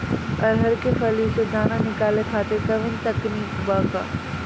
अरहर के फली से दाना निकाले खातिर कवन तकनीक बा का?